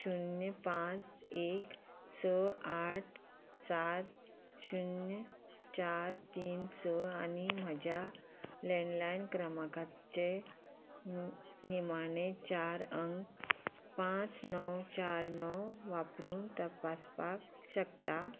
शुन्य पांच एक स आठ सात शुन्य चार तीन स आनी म्हज्या लॅंडलायन क्रमांकाचे निमाणे चार अंक पांच णव चार णव वापरून तपासपाक शकता